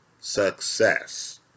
success